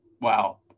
Wow